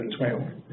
2012